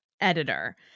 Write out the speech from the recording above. editor